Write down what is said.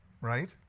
Right